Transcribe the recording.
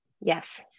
Yes